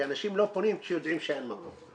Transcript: כי אנשים לא פונים כשיודעים שאין מקום.